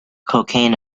cocaine